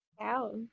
Wow